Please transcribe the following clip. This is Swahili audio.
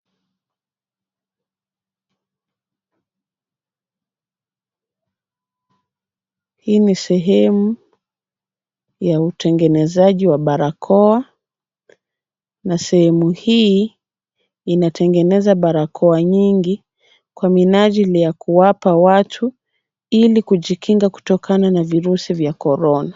Hii ni sehemu ya utengenezaji wa barakoa. Na sehemu hii inatengeneza barakoa nyingi kwa minajili ya kuwapa watu ili kujikinga kutokana na virusi vya korona.